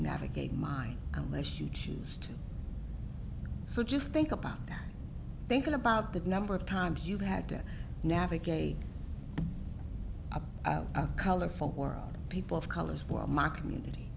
navigate mine unless you choose to so just think about that thinking about the number of times you've had to navigate a a colorful world people of color as well my community